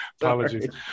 Apologies